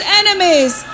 enemies